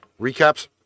recaps